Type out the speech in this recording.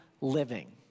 living